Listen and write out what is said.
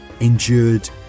endured